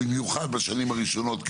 במיוחד בשנים הראשונות,